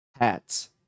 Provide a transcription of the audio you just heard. hats